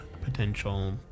potential